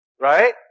right